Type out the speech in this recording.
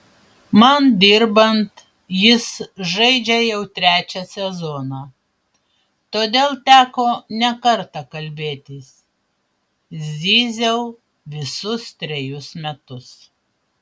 man dirbant jis žaidžia jau trečią sezoną todėl teko ne kartą kalbėtis zyziau visus trejus metus